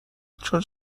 چون